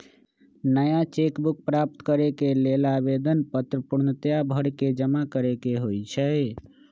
नया cheque book प्राप्त करेके लेल आवेदन पत्र पूर्णतया भरके जमा करेके होइ छइ